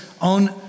on